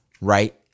right